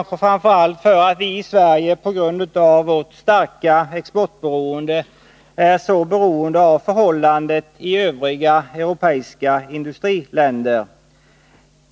Sverige, som är i stort behov av att exportera, är därför beroende av förhållandena i övriga europeiska industriländer.